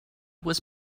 was